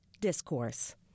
discourse